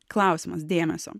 klausimas dėmesio